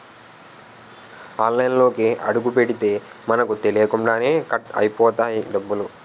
ఆన్లైన్లోకి అడుగుపెడితే మనకు తెలియకుండానే కట్ అయిపోతాయి డబ్బులు